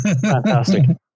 Fantastic